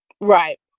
Right